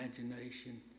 imagination